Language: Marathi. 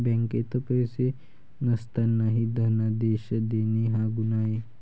बँकेत पैसे नसतानाही धनादेश देणे हा गुन्हा आहे